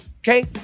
Okay